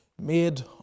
made